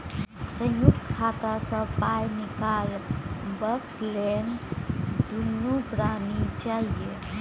संयुक्त खाता सँ पाय निकलबाक लेल दुनू परानी चाही